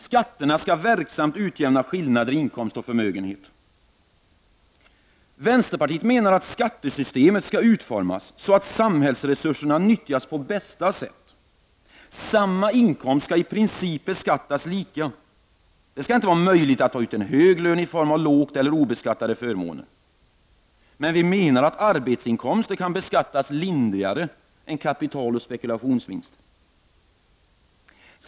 Skatterna skall verksamt utjämna skillnader i inkomst och förmögenhet. Vänsterpartiet menar att skattesystemet skall utformas så att samhällsresurserna nyttjas på bästa sätt. Samma inkomster skall i princip beskattas lika. Det skall inte vara möjligt att ta ut en hög lön i form av lågt beskattade eller obeskattade förmåner. Vi menar dock att arbetsinkomster kan beskattas lindrigare än kapital och spekulationsvinster.